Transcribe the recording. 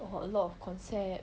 or a lot of concept